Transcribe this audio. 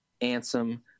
Ansem